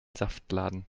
saftladen